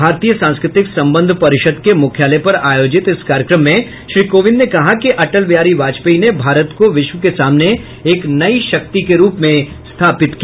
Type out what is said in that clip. भारतीय सांस्कृतिक संबंध परिषद के मुख्यालय पर आयोजित इस कार्यक्रम में श्री कोविंद ने कहा कि अटल बिहारी वाजपेयी ने भारत को विश्व के सामने एक नई शक्ति के रूप में स्थापित किया